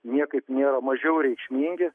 niekaip nėra mažiau reikšmingi